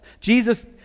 jesus